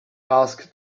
asked